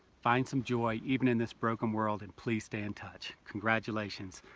find some joy even in this broken world, and please stay in touch. congratulations,